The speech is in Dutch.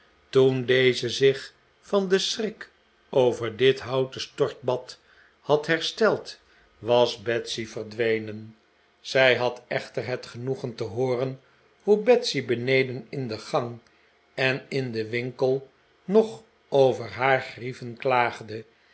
toen deze zich van den schrik over dit houten stortbad had hersteld was betsy verdwenen zij had echter het genoegen te hooren hoe betsy beneden in de gang en in den winkel nog over haar grieven klaagde